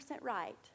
right